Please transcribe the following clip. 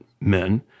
men